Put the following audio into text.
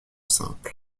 simple